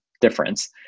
difference